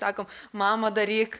sakom mama daryk